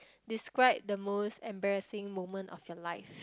describe the most embarrassing moment of your life